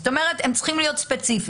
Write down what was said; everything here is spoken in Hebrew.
זאת אומרת, הם צריכים להיות ספציפיים.